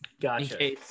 Gotcha